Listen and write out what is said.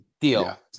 Deal